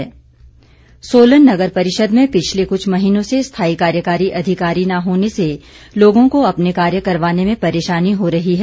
नगर परिषद सोलन नगर परिषद में पिछले कुछ महीनों से स्थाई कार्यकारी अधिकारी न होने से लोगों को अपने कार्य करवाने में परेशानी हो रही है